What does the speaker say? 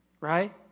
right